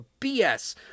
BS